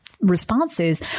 responses